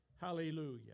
Hallelujah